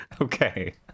Okay